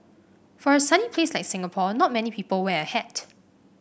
for a sunny place like Singapore not many people wear a hat